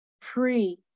pre